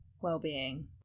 well-being